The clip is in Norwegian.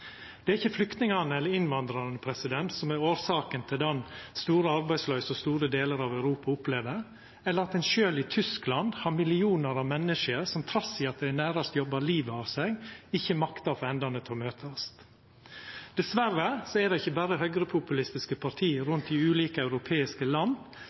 Det er ikkje flyktningane eller innvandrarane som er årsaka til den store arbeidsløysa som store delar av Europa opplever, eller at ein sjølv i Tyskland har millionar av menneske som trass i at dei nærast jobbar livet av seg, ikkje maktar å få endane til å møtast. Dessverre er det ikkje berre høgrepopulistiske parti i ulike europeiske land